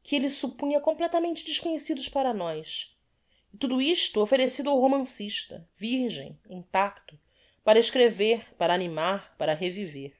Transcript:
que elle suppunha completamente desconhecidos para nós e tudo isto offerecido ao romancista virgem intacto para escrever para animar para reviver